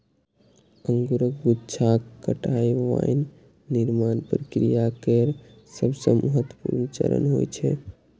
अंगूरक गुच्छाक कटाइ वाइन निर्माण प्रक्रिया केर सबसं महत्वपूर्ण चरण होइ छै